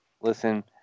Listen